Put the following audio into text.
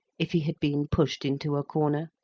if he had been pushed into a corner.